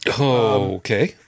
Okay